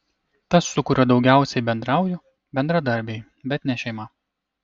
tas su kuriuo daugiausiai bendrauju bendradarbiai bet ne šeima